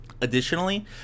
Additionally